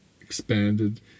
expanded